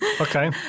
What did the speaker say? Okay